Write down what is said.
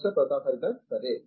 professor Pratap Haridas సరే